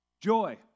Joy